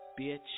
Bitch